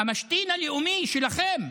המשתין הלאומי שלכם,